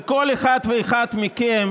וכל אחד ואחד מכם